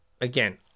again